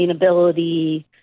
sustainability